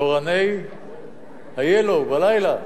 תורני ה-Yellow בלילה